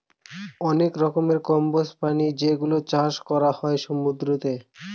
অনেক রকমের কম্বোজ প্রাণী যেগুলোর চাষ করা হয় সমুদ্রতে